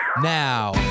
...now